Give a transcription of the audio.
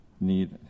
need